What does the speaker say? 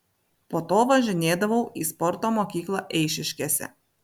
po to važinėdavau į sporto mokyklą eišiškėse